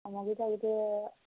চামগুৰিত আগতে